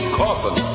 coffin